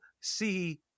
see